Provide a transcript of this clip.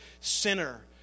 sinner